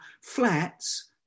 flats